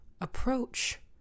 approach